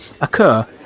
occur